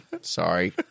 Sorry